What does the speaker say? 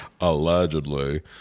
Allegedly